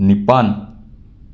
ꯅꯤꯄꯥꯟ